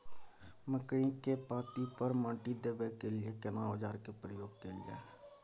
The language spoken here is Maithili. मकई के पाँति पर माटी देबै के लिए केना औजार के प्रयोग कैल जाय?